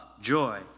joy